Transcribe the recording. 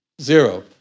zero